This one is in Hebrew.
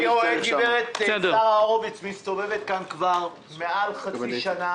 אני רואה את גברת שרה הורביץ מסתובבת כאן כבר יותר מחצי שנה,